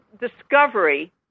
discovery